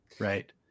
Right